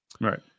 Right